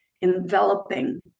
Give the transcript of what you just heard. enveloping